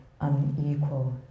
unequal